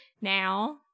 now